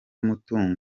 umutungo